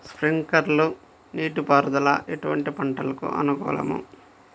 Sprinkler నీటిపారుదల ఎటువంటి పంటలకు అనుకూలము?